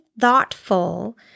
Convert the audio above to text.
thoughtful